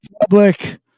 public